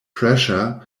pressure